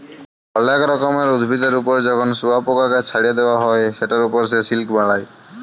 অলেক রকমের উভিদের ওপর যখন শুয়পকাকে চ্ছাড়ে দেওয়া হ্যয় সেটার ওপর সে সিল্ক বালায়